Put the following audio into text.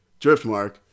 Driftmark